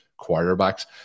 quarterbacks